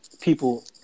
people